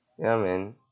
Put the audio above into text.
ya man